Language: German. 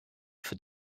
für